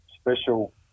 special